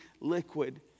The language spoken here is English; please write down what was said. liquid